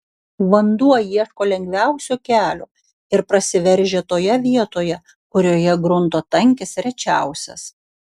vanduo ieško lengviausio kelio ir prasiveržia toje vietoje kurioje grunto tankis rečiausias